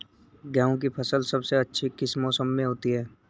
गेंहू की फसल सबसे अच्छी किस मौसम में होती है?